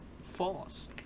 False